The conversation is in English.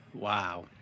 Wow